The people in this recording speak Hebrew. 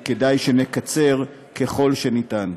וכדאי שנקצר ככל שניתן.